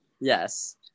Yes